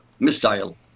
missile